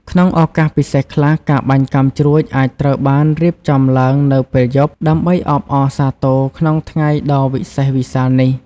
ក្នុងឱកាសពិសេសខ្លះ ការបាញ់កាំជ្រួចអាចត្រូវបានរៀបចំឡើងនៅពេលយប់ ដើម្បីអបអរសាទរក្នុងថ្ងៃដ៏វិសេសវិសាលនេះ។